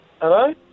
Hello